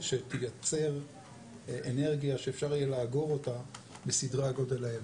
שתייצר אנרגיה שאפשר יהיה לאגור אותה בסדרי הגודל האלה.